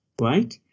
right